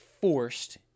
forced